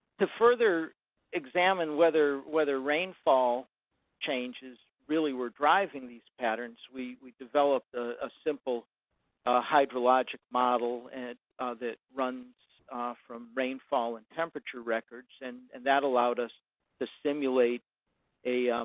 to further examine whether whether rainfall changes really were driving these patterns, we we developed a ah simple ah hydrologic model and that runs from rainfall and temperature records, and and that allowed us to simulate a